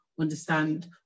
understand